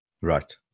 Right